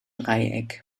dreieck